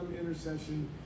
intercession